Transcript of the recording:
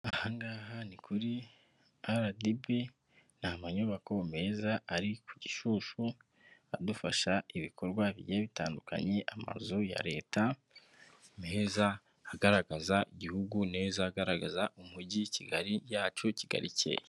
Aha ngaha ni kuri RDB, ni amanyubako meza ari ku Gishushu, adufasha ibikorwa bigiye bitandukanye, amazu ya Leta meza agaragaza igihugu neza, agaragaza umugi, Kigali yacu Kigali ikeye.